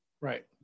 right